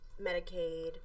Medicaid